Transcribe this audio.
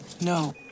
No